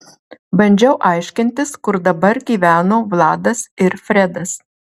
bandžiau aiškintis kur dabar gyveno vladas ir fredas